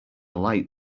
light